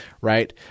right